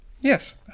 Yes